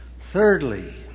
Thirdly